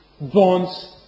bonds